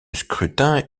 scrutin